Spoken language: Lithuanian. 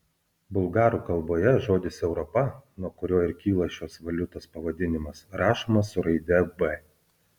bulgarų kalboje žodis europa nuo kurio ir kyla šios valiutos pavadinimas rašomas su raide v